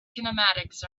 kinematics